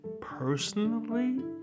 personally